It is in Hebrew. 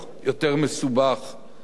לאין-ערוך יותר מסוכן,